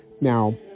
Now